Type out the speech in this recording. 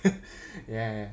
ya ya ya